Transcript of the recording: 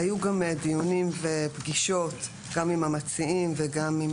היו דיונים ופגישות גם עם המציעים וגם עם